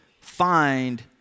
find